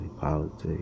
politics